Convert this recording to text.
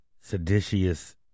seditious